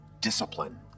discipline